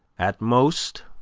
at most,